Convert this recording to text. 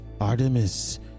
Artemis